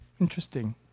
interesting